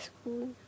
school